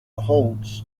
holtz